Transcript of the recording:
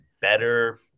better –